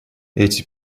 эти